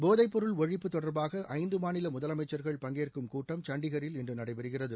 போதைப் பொருள் ஒழிப்பு தொடர்பாக ஐந்து மாநில முதலமைச்சர்கள் பங்கேற்கும் கூட்டம் சண்டகரில் இன்று நடைபெறுகிறது